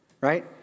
right